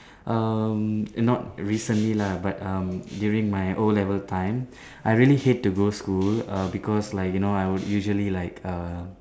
um not recently lah but um during my O-level time I really hate to go school err because like you know I would usually like err